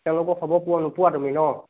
তেওঁলোকৰ খবৰ পোৱা নোপোৱা তুমি ন